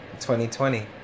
2020